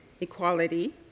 equality